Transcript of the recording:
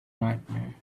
nightmare